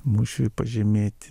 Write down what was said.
mūšiui pažymėti